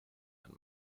and